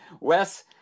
Wes